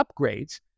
upgrades